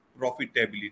profitability